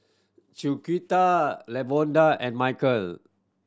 Chiquita Lavonda and Mykel